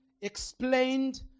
explained